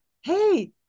hey